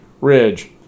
Ridge